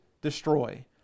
destroy